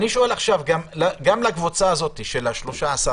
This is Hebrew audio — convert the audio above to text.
אני שואל עכשיו גם לקבוצה הזאת של ה-13,000,